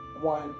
one